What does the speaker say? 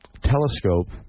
telescope